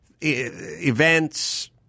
Events